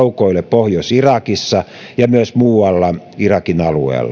pohjois irakissa ja myös muualla irakin alueella